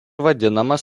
vadinamas